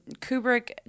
Kubrick